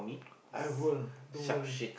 I will will